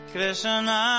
Krishna